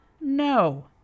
No